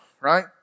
right